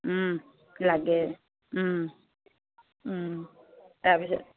লাগে তাৰপিছত